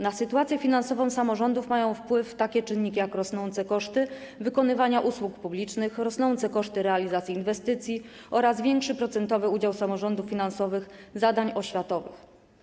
Na sytuację finansową samorządów mają wpływ takie czynniki, jak rosnące koszty wykonywania usług publicznych, rosnące koszty realizacji inwestycji oraz większy procentowy udział samorządów finansowych, zadań oświatowych.